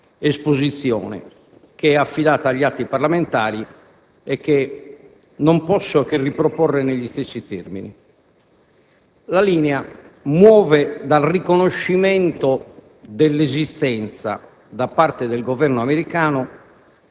esposizione, che è affidata agli atti parlamentari e che non posso che riproporre negli stessi termini. La linea muove dal riconoscimento dell'esistenza, da parte del Governo americano,